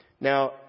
Now